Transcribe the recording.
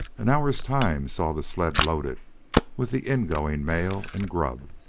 an hour's time saw the sled loaded with the ingoing mail and grub,